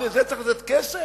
אז לזה צריך לתת כסף?